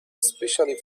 especially